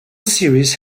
series